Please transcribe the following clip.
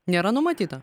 nėra numatyta